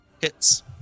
Hits